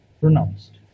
pronounced